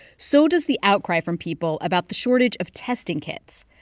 so does the outcry from people about the shortage of testing kits.